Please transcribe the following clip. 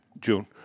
June